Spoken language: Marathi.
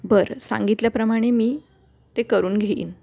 बरं सांगितल्याप्रमाणे मी ते करून घेईन